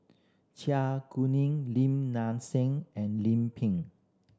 Char Kuning Lim Nang Seng and Lim Pin